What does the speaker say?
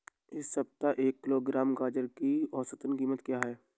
इस सप्ताह एक किलोग्राम गाजर की औसत कीमत क्या है?